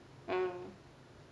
mm